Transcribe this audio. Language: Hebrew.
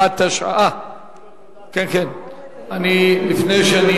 התשע"א 2011. אדוני היושב-ראש,